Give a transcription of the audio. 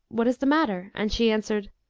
what is the matter? and she answered,